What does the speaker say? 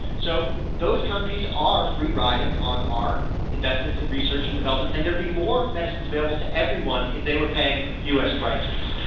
so those countries are free riding on our investments in research and development and there'd be more medicines available to everyone if they were paying u. s. prices.